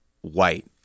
white